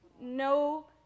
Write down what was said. No